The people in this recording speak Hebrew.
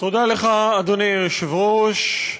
תודה לך, אדוני היושב-ראש.